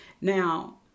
Now